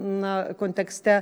na kontekste